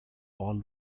all